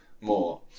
more